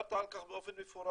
דיברת על כך באופן מפורש,